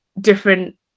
different